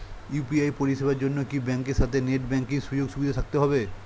UPI পরিষেবার জন্য কি ব্যাংকের সাথে নেট ব্যাঙ্কিং সুযোগ সুবিধা থাকতে হবে?